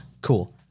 cool